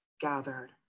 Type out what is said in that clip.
gathered